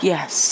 Yes